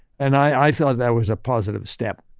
and i thought that was a positive step.